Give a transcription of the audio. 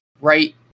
right